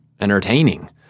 entertaining